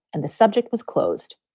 and the subject was closed.